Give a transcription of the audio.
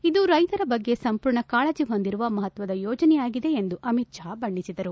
ಇದು ರೈತರ ಬಗ್ಗೆ ಸಂಪೂರ್ಣ ಕಾಳಜಿ ಹೊಂದಿರುವ ಮಹತ್ವದ ಯೋಜನೆಯಾಗಿದೆ ಎಂದು ಅಮಿತ್ ಷಾ ಬಣ್ಣಿಸಿದರು